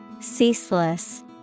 Ceaseless